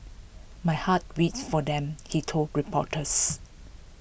my heart weeps for them he told reporters